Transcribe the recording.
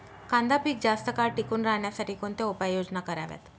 कांदा पीक जास्त काळ टिकून राहण्यासाठी कोणत्या उपाययोजना कराव्यात?